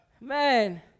man